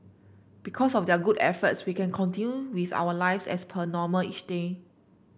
because of their good efforts we can continue with our lives as per normal each day